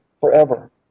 forever